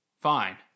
Fine